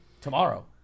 tomorrow